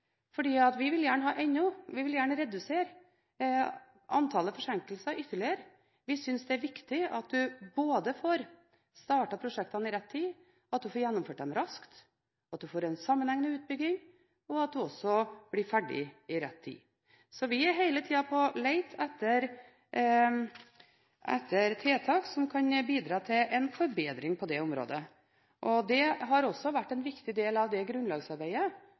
vi vil gjerne redusere antallet forsinkelser ytterligere. Vi synes det er viktig både at en får startet prosjektene i rett tid, at en får gjennomført dem raskt, at en får en sammenhengende utbygging, og at en også blir ferdig i rett tid. Så vi er hele tiden på leting etter tiltak som kan bidra til en forbedring på det området. Det har også vært en viktig del av det grunnlagsarbeidet